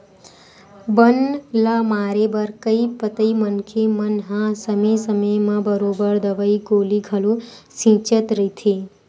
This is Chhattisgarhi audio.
बन ल मारे बर कई पइत मनखे मन हा समे समे म बरोबर दवई गोली घलो छिंचत रहिथे